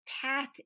path